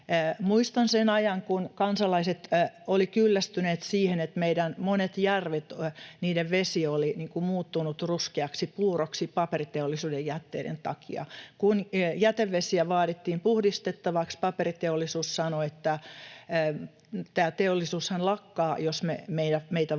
Muistan sen ajan, kun kansalaiset olivat kyllästyneet siihen, että meidän monien järvien vesi oli muuttunut ruskeaksi puuroksi paperiteollisuuden jätteiden takia. Kun jätevesiä vaadittiin puhdistettavaksi, paperiteollisuus sanoi, että tämä teollisuus lakkaa, jos meitä vaaditaan